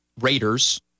Raiders